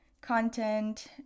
content